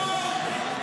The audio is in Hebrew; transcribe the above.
נתניהו תומך טרור.